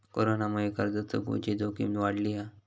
कोरोनामुळे कर्ज चुकवुची जोखीम वाढली हा